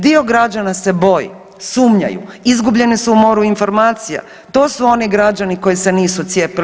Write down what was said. Dio građana se boji, sumnjaju, izgubljeni su u moru informacija, to su oni građani koji se nisu cijepili.